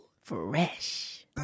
Fresh